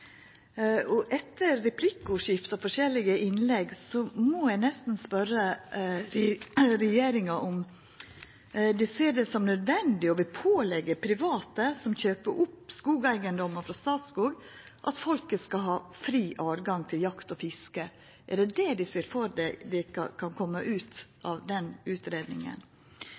Etter replikkordskiftet og forskjellige innlegg må eg nesten spørja regjeringa om dei ser det som nødvendig å påleggja private som kjøper opp skogeigedomar frå Statskog, at folket skal ha fritt tilgjenge til jakt og fiske. Er det dette dei ser for seg kan koma ut av den